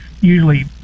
usually